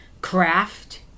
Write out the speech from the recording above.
craft